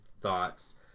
thoughts